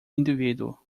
indivíduo